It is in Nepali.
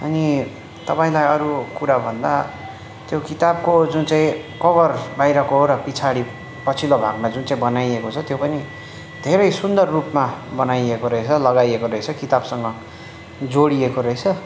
अनि तपाईँलाई अरू कुरा भन्दा त्यो किताबको जुन चाहिँ कभर बाहिरको र पछाडि पछिल्लो भागमा जुन चाहिँ बनाइएको छ त्यो पनि धेरै सुन्दर रूपमा बनाइएको रहेछ लगाइएको रहेछ किताबसँग जोडिएको रहेछ